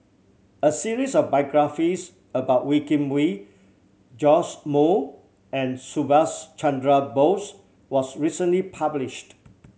a series of biographies about Wee Kim Wee Joash Moo and Subhas Chandra Bose was recently published